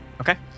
Okay